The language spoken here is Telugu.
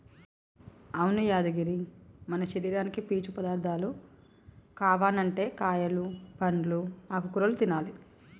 అవును యాదగిరి మన శరీరానికి పీచు పదార్థాలు కావనంటే కాయలు పండ్లు ఆకుకూరలు తినాలి